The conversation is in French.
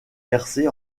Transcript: versée